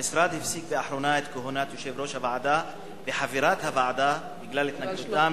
המשרד הפסיק לאחרונה את כהונת יושב-ראש הוועדה וחברת הוועדה בגלל התנגדותם